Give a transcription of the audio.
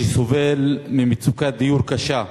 שסובל ממצוקת דיור קשה,